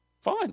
Fine